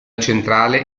centrale